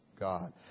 god